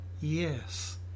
Yes